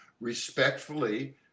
respectfully